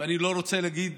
ואני לא רוצה להגיד